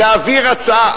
להעביר הצעה,